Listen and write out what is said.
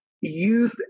youth